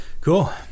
Cool